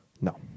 no